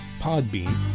Podbean